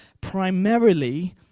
primarily